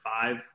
five